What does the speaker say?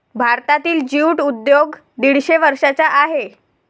भारतातील ज्यूट उद्योग दीडशे वर्षांचा आहे